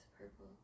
purple